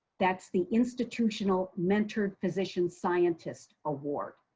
that's the institutional mentored physician scientist award.